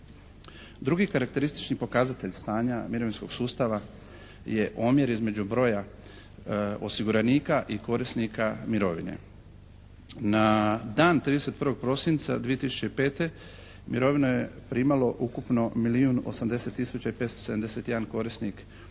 Drugi karakteristični pokazatelj stanja mirovinskog sustava je omjer između broja osiguranika i korisnika mirovine. Na dan 31. prosinca 2005. mirovinu je primalo ukupno milijun 80 tisuća i 571 korisnik mirovine